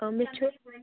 مےٚ کھیٚے